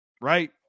right